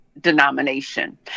Denomination